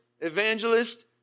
evangelist